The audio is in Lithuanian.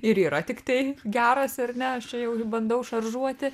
ir yra tiktai geras ar ne aš čia jau jį bandau šaržuoti